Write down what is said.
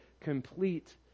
complete